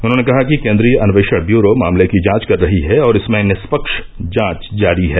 उन्होंने कहा कि केन्द्रीय अन्वेषण व्यूरो मामले की जांच कर रही है और इसमें निष्पक्ष जांच जारी है